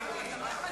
מי בעד?